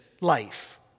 life